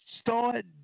start